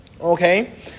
Okay